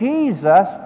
Jesus